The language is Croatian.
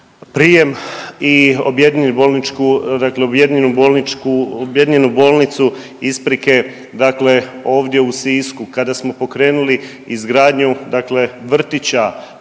bolničku, objedinjenu bolnicu isprike dakle ovdje u Sisku. Kada smo pokrenuli izgradnju dakle